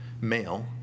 male